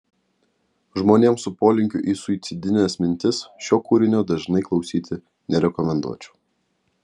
žmonėms su polinkiu į suicidines mintis šio kūrinio dažnai klausyti nerekomenduočiau